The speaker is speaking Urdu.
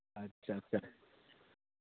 اچھا اچھا